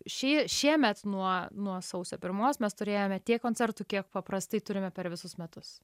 šie šiemet nuo nuo sausio pirmos mes turėjome tiek koncertų kiek paprastai turime per visus metus